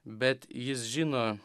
bet jis žino